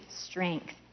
strength